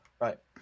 Right